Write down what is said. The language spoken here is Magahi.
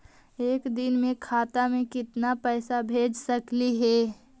एक दिन में खाता से केतना पैसा भेज सकली हे?